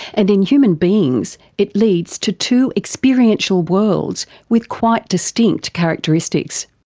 and in human beings it leads to two experiential worlds with quite distinct characteristics.